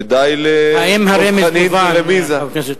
ודי, האם הרמז מובן, חבר הכנסת?